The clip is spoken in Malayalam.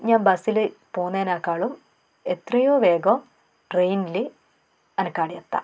ഞാൻ ബസ്സിൽ പോകുന്നതിനേക്കാളും എത്രയോ വേഗം ട്രെയിനിൽ എനിക്കവിടെ എത്താം